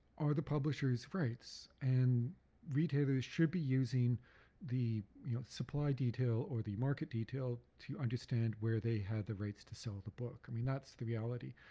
are the publishers rights and retailers should be using the you know supply detail or the market detail to understand where they had the rights to sell the book. i mean that's the reality.